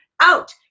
out